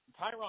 tyron